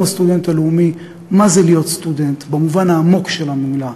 סטודנט הלאומי מה זה להיות סטודנט במובן העמוק של המילה,